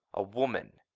a woman!